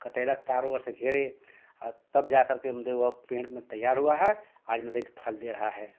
कटेरा तार वार से घेरे और तब जाकर के मतलब ओ अब पेड़ म तैयार हुआ है आज फल दे रहा है